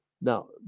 Now